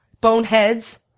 Boneheads